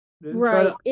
Right